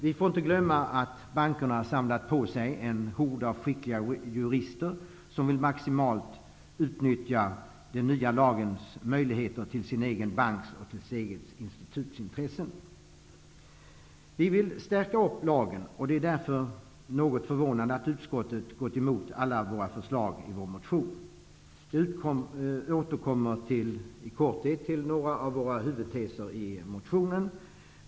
Vi får inte glömma att bankerna har samlat på sig en hord av skickliga jurister, som vill utnyttja den nya lagens möjligheter maximalt för den egna bankens eller institutets intressen. Vi i Ny demokrati vill att lagen skall stärkas. Det är därför något förvånande att utskottet har gått emot alla våra förslag i vår motion. Jag återkommer i korthet till några av våra huvudteser i motionen.